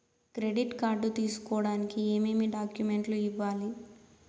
credit card తీసుకోడానికి ఏమేమి డాక్యుమెంట్లు ఇవ్వాలి